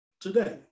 today